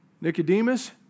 Nicodemus